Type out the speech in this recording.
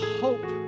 hope